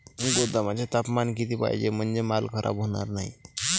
गोदामाचे तापमान किती पाहिजे? म्हणजे माल खराब होणार नाही?